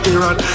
Iran